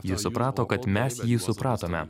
jis suprato kad mes jį supratome